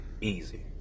easy